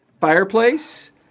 fireplace